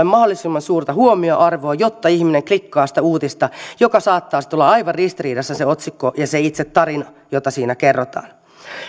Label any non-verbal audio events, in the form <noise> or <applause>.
<unintelligible> mahdollisimman suurta huomioarvoa jotta ihminen klikkaa sitä uutista mutta sitten saattavat olla aivan ristiriidassa se otsikko ja se itse tarina jota siinä kerrotaan